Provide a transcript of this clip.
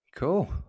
Cool